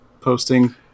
posting